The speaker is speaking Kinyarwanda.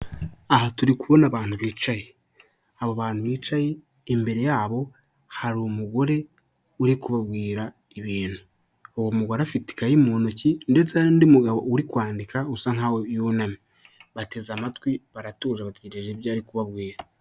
Aha turi kubona abantu bicaye, abo bantu bicaye imbere yabo hari umugore uri kubabwira ibintu, uwo mugore afite ikayi mu ntoki ndetse n'undi mugabo uri kwandika usa nkaho yunamye, bateze amatwi baratura bategereje ibyo ari kubabwira.